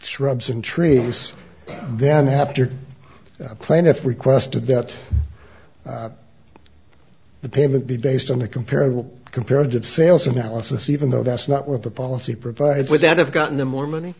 shrubs and trees then after the plaintiff requested that the payment be based on the comparable comparative sales analysis even though that's not what the policy provide would that have gotten the more money